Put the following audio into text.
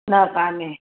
न कान्हे